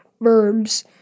verbs